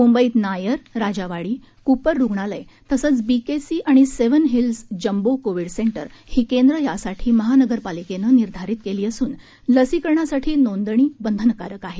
मुंबईत नायर राजावाडी कुपर रुग्णालय तसंच बीकेसी आणि Seven Hills jumbo covid centre ही केंद्र यासाठी महानगरपालिकेनं निर्धारित केली असून लसीकरणासाठी नोंदणी बंधनकारक आहे